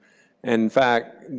in fact,